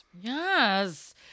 yes